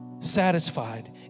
Satisfied